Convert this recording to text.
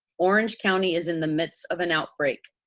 orange county is in the midst of an outbreak.